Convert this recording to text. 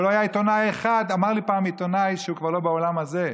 ולא היה עיתונאי אחד, אמר לי פעם עיתונאי שהוא כבר לא בעולם הזה: